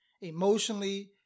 emotionally